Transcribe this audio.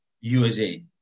USA